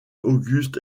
august